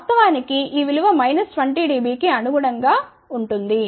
వాస్తవానికి ఈ విలువ మైనస్ 20 dB కి అనుగుణంగా ఉంటుంది